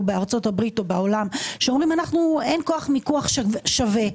בארצות הברית או בעולם שאומרים שאין כוח מיקוח שווה,